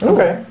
Okay